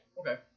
Okay